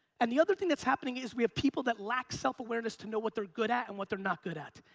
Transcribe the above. and the other thing that's happening is we have people that lack self awareness to know what they're good at and what they're not good at.